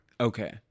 Okay